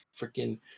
freaking